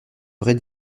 vraie